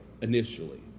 initially